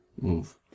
move